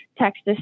Texas